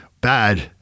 bad